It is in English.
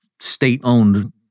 state-owned